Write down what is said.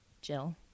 Jill